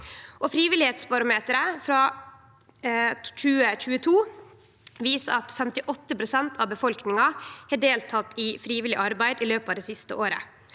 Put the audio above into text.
Frivilligheitsbarometeret frå 2022 viser at 58 pst. av befolkninga har delteke i frivillig arbeid i løpet av det siste året,